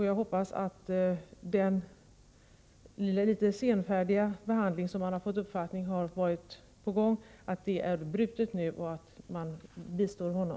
Jag hoppas att den, som vi har uppfattat det, litet senfärdiga behandlingen av Per Herngren nu är bruten och att utrikesdepartementet bistår honom.